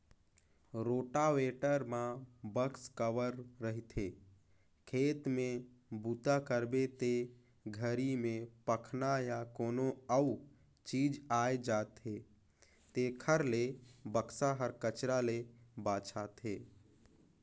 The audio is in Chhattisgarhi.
रोटावेटर म बाक्स कवर रहिथे, खेत में बूता करबे ते घरी में पखना या कोनो अउ चीज आये जाथे तेखर ले बक्सा हर कचरा ले बचाथे